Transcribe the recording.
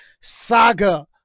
saga